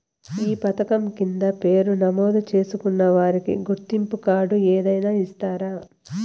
ఈ పథకం కింద పేరు నమోదు చేసుకున్న వారికి గుర్తింపు కార్డు ఏదైనా ఇస్తారా?